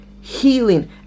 healing